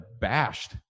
bashed